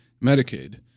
Medicaid